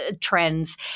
trends